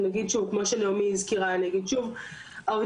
העובדים מיודעים על פקודות הפיקדון,